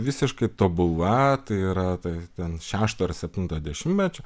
visiškai tobula tai yra tai ten šešto ar septinto dešimtmečio